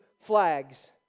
flags